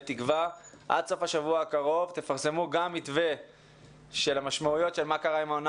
אתם בתקווה שעד סוף השבוע הקרוב תפרסמו גם מתווה לגבי העונה